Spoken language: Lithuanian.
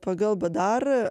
pagal bdar